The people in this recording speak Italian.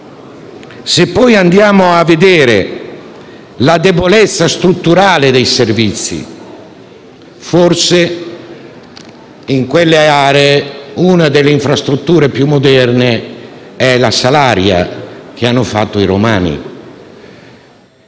Se poi andiamo a vedere la debolezza strutturale dei servizi, ci accorgiamo che in quelle aree una delle infrastrutture più moderne è forse la Salaria, che hanno costruito i romani.